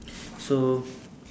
so